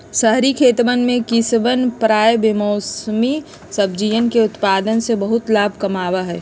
शहरी खेतवन में किसवन प्रायः बेमौसमी सब्जियन के उत्पादन से बहुत लाभ कमावा हई